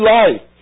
life